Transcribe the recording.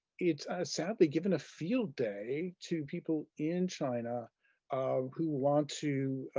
it's sadly given a field day to people in china um who want to